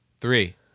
Three